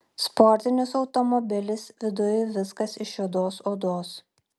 sportinis automobilis viduj viskas iš juodos odos